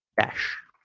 dash ah